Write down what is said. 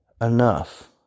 enough